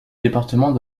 département